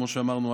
כמו שאמרנו,